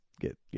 get